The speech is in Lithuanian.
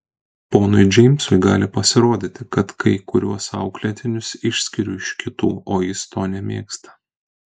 ponui džeimsui gali pasirodyti kad kai kuriuos auklėtinius išskiriu iš kitų o jis to nemėgsta